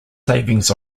savings